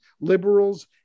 liberals